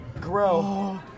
Grow